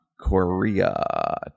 Korea